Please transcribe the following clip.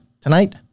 tonight